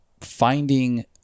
finding